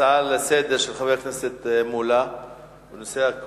הנושא הבא הוא הצעות לסדר-היום מס' 3390